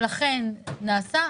ולכן נעשה.